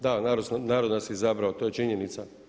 Da, narod nas je izabrao to je činjenica.